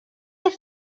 els